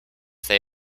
they